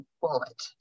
bullet